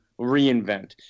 reinvent